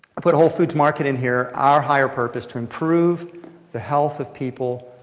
i put whole foods market in here. our higher purpose to improve the health of people,